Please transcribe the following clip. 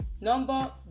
Number